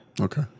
Okay